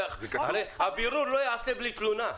הרי הבירור לא ייעשה בלי תלונה.